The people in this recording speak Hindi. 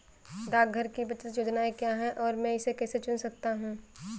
डाकघर की बचत योजनाएँ क्या हैं और मैं इसे कैसे चुन सकता हूँ?